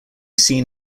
seen